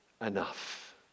enough